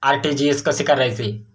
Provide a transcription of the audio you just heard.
RTGS कसे करायचे?